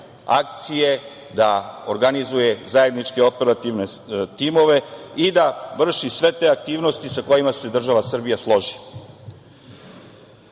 akcije, da organizuje zajedničke operativne timove i da vrši sve te aktivnosti sa kojima se država Srbija